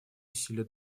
усилия